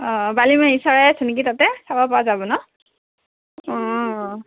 অঁ বালিমাহী চৰাই আছে নেকি তাতে চাব পৰা যাব ন অঁ অঁ